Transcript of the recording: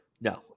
No